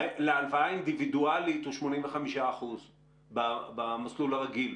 שיעור הערבות להלוואה אינדיבידואלית הוא 85 אחוזים במסלול הרגיל.